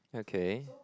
okay